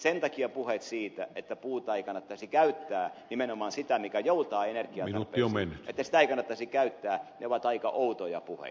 sen takia puheet siitä että puuta ei kannattaisi käyttää nimenomaan että sitä puuta mikä joutaa energiatarpeisiin ei kannattaisi käyttää ovat aika outoja puheita